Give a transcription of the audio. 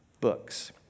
books